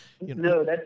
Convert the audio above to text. no